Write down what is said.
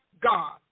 God